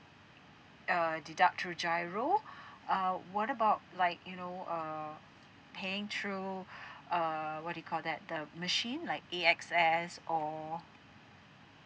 err deduct through G_I_R_O uh what about like you know uh paying through err what you call that the machine like A_X_S or